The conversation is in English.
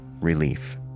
relief